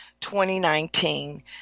2019